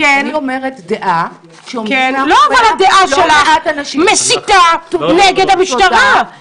אני אומרת דעה --- אבל הדעה שלך מסיתה נגד המשטרה,